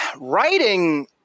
Writing